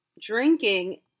Drinking